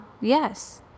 Yes